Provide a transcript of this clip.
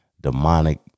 demonic